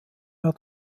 mehr